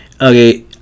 Okay